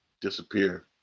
disappear